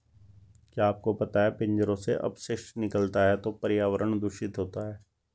क्या आपको पता है पिंजरों से अपशिष्ट निकलता है तो पर्यावरण दूषित होता है?